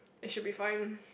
it should be fine